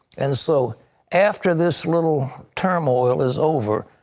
and so after this little turmoil is over,